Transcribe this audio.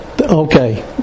okay